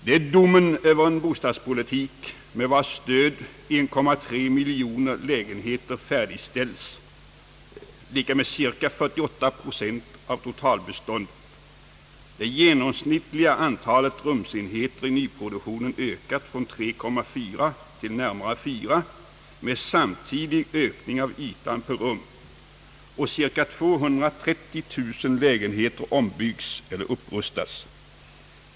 Det är domen över en bostadspolitik med vars stöd 1,3 miljon lägenheter färdigställts — cirka 48 procent av totalbeståndet — det genomsnittliga antalet rumsenheter i nyproduktionen ökat från 3,4 till närmare 4 med samtidig ökning av ytan per rum och cirka 230 000 lägenheter ombyggts eller upprustats.